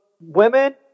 women